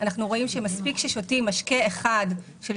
אנחנו רואים שמספיק ששותים משקה אחד של